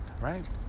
right